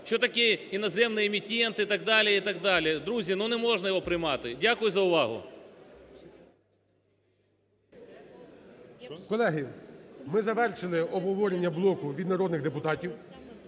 що таке іноземні емітенти і так далі, і так далі. Друзі, ну не можна його приймати. Дякую за увагу. ГОЛОВУЮЧИЙ. Колеги, ми завершили обговорення блоку від народних депутатів.